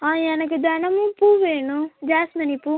ஆ எனக்கு தினமும் பூ வேணும் ஜாஸ்மினி பூ